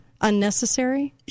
Unnecessary